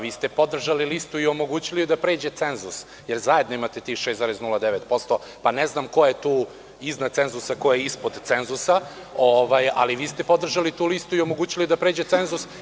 Vi ste podržali listu i omogućili da pređe cenzus jer zajedno imati tih 6,09% pa ne znam ko je tu iznad cenzusa ko je ispod cenzusa, ali vi ste podržali tu listu i omogućili da pređe cenzus.